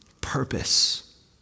purpose